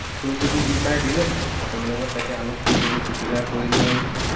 ফুলকবি যি পাই দিলে ভাতৰ লগত তাকে আলু ফুলকবি পিটিকা কৰিলোঁ আৰু